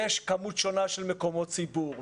יש כמות שונה של מקומות ציבור,